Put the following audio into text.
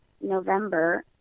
November